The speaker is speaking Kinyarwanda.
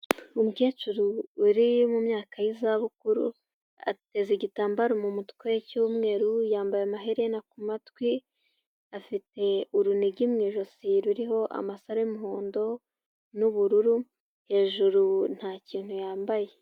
Umukecuru uri mu myaka y'izabukuru, ateze igitambaro mu mutwe cy'mweru, yambaye amaherena ku matwi, afite urunigi mu ijosi ruriho amasa y'umuhondo, n'ubururu hejuru ntakintu yambaye.